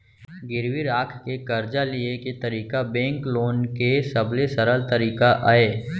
गिरवी राख के करजा लिये के तरीका बेंक लोन के सबले सरल तरीका अय